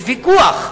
יש ויכוח,